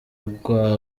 rwa